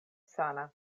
sana